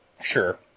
Sure